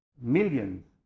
millions